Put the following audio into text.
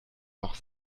noch